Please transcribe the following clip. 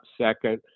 second